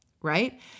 right